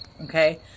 okay